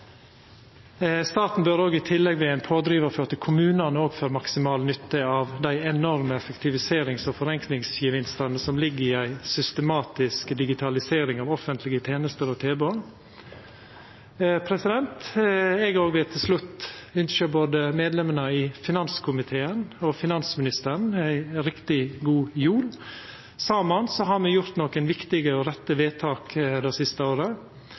Staten bør i tillegg vera ein pådrivar for at kommunane òg får maksimal nytte av dei enorme effektiviserings- og forenklingsgevinstane som ligg i ei systematisk digitalisering av offentlege tenester og tilbod. Eg òg vil til slutt ynskje både medlemene i finanskomiteen og finansministeren ei riktig god jol! Saman har me gjort nokre viktige og rette vedtak det siste året.